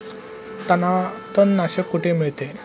तणनाशक कुठे मिळते?